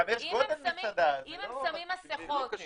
אם הם שמים מסכות --- גם יש גודל מסעדה.